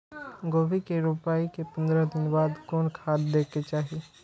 गोभी के रोपाई के पंद्रह दिन बाद कोन खाद दे के चाही?